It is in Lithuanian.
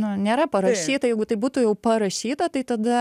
nu nėra parašyta jeigu tai būtų jau parašyta tai tada